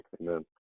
Amen